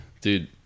Dude